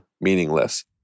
meaningless